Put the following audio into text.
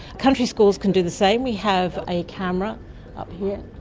country schools can do the same. we have a camera up here,